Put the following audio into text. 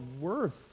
worth